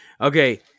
Okay